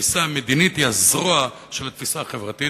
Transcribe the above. והתפיסה המדינית היא הזרוע של התפיסה החברתית.